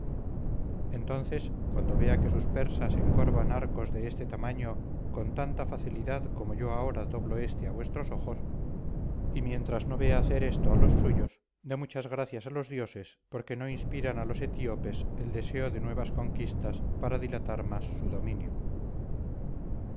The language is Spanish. entonces cuando vea que sus persas encorvan arcos de este tamaño con tanta facilidad como yo ahora doblo este a vuestros ojos y mientras no vea hacer esto a los suyos de muchas gracias a los dioses porque no inspiran a los etíopes el deseo de nuevas conquistas para dilatar más su dominio